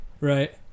right